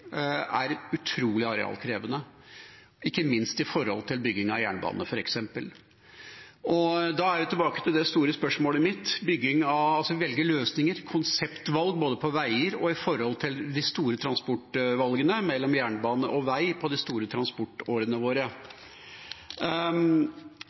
er utrolig arealkrevende, ikke minst i forhold til bygging av jernbane, f.eks.? Da er vi tilbake til det store spørsmålet mitt, om løsninger, konseptvalg, både for veier og for de store transportvalgene mellom jernbane og vei på de store transportårene våre.